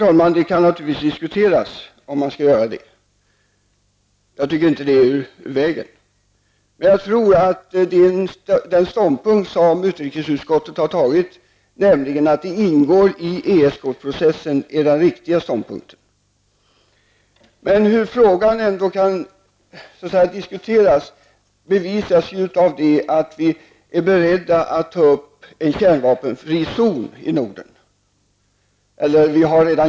Ja, herr talman, man kan naturligtvis diskutera om det skall vara så. Men jag tror att utrikesutskottets ståndpunkt, nämligen att det här ingår i ESK-processen, är den riktiga. Men hur frågan ändå kan diskuteras bevisas av det faktum att vi redan har tagit upp frågan om en kärnvapenfri zon i Norden.